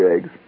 eggs